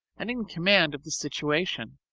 and in command of the situation